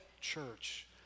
church